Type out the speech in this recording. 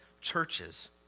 churches